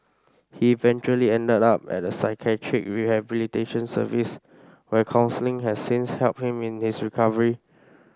he eventually ended up at a psychiatric rehabilitation service where counselling has since helped him in his recovery